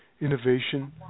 innovation